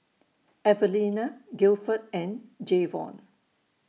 Evelena Gilford and Jayvon